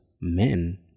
men